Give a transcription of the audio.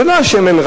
זה לא רק השמן,